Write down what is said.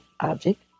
object